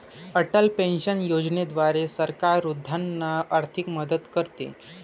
Atal pension योजनेद्वारे सरकार वृद्धांना आर्थिक मदत करते